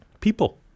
people